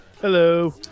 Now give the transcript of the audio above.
Hello